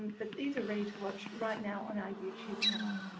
but these are ready to watch right now on our youtube channel.